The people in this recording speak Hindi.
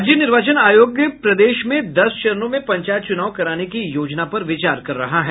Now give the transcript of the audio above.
राज्य निर्वाचन आयोग प्रदेश में दस चरणों में पंचायत चुनाव कराने की योजना पर विचार कर रहा है